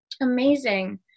Amazing